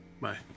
Bye